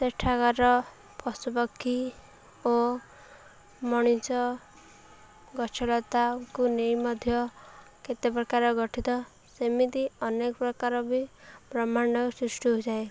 ସେଠାକାର ପଶୁପକ୍ଷୀ ଓ ମଣିଷ ଗଛଲତାଙ୍କୁ ନେଇ ମଧ୍ୟ କେତେ ପ୍ରକାର ଗଠିତ ସେମିତି ଅନେକ ପ୍ରକାର ବି ବ୍ରହ୍ମାଣ୍ଡ ସୃଷ୍ଟି ହୋଇଥାଏ